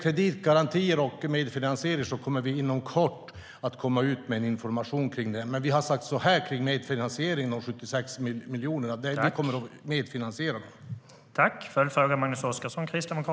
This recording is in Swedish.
Vi kommer inom kort att komma med information om kreditgarantier och medfinansiering. Men vi har sagt att vi kommer att göra en medfinansiering när det gäller de 76 miljonerna.